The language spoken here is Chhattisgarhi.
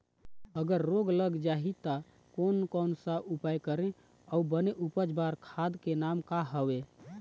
अगर रोग लग जाही ता कोन कौन सा उपाय करें अउ बने उपज बार खाद के नाम का हवे?